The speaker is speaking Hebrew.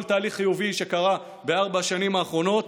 תהליך חיובי שקרה בארבע השנים האחרונות.